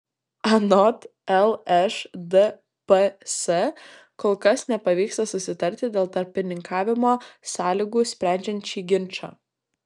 anot lšdps kol kas nepavyksta susitarti dėl tarpininkavimo sąlygų sprendžiant šį ginčą